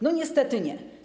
No niestety nie.